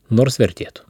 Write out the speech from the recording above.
nors vertėtų